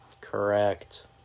Correct